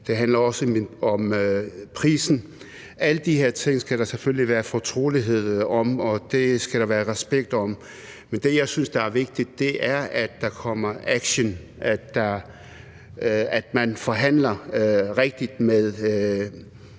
også handler om prisen. Alle de her ting skal der selvfølgelig være fortrolighed og respekt om, men det, jeg synes er vigtigt, er, at der bliver handlet, at man forhandler rigtigt med landene